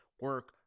Work